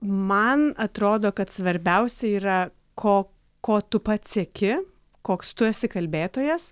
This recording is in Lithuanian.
man atrodo kad svarbiausia yra ko ko tu pats sieki koks tu esi kalbėtojas